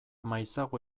maizago